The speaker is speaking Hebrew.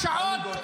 פעם משקר.